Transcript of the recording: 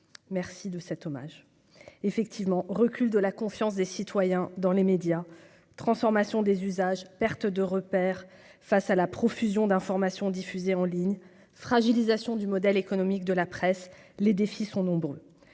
merci de cet hommage effectivement, recul de la confiance des citoyens dans les médias, transformation des usages perte de repère face à la profusion d'informations diffusées en ligne fragilisation du modèle économique de la presse, les défis sont nombreux